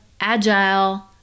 agile